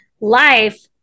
life